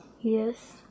Yes